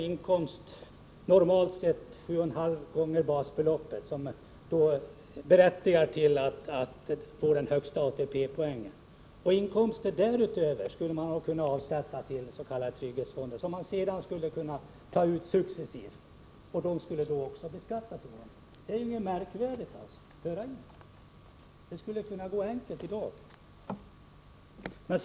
Inkomster utöver 7,5 gånger basbeloppet, den inkomst som berättigar till högsta ATP-poängen, skulle man kunna avsätta till s.k. trygghetsfonder. Därifrån skulle pengarna sedan kunna tas ut successivt och då beskattas i vanlig ordning. Detta är inget märkvärdigt. Det skulle vara enkelt att införa ett sådant system i dag.